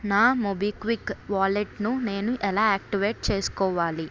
నా మోబిక్విక్ వాలెట్ను నేను ఎలా యాక్టివేట్ చేసుకోవాలి